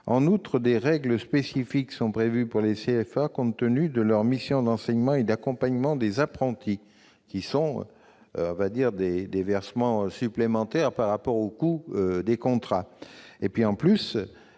En outre, des règles spécifiques sont prévues pour les CFA, compte tenu de leurs missions d'enseignement et d'accompagnement des apprentis, telles que des versements supplémentaires par rapport au coût des contrats.